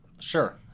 Sure